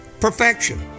Perfection